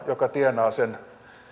joka tienaa sen